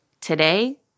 Today